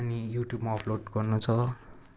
अनि युट्युबमा अप्लोड गर्नु छ